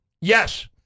Yes